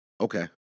Okay